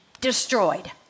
destroyed